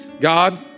God